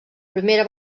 primera